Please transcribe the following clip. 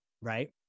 right